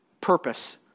purpose